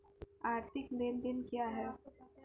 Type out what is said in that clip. आर्थिक लेनदेन क्या है?